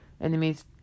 enemies